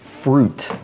fruit